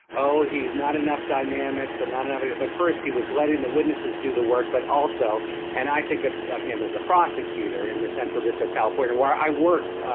oh, he he's not enough dynamics and not enough of. but first he was letting the witnesses do the work. but also and i think of of him as a prosecutor in the central this or california where i worked,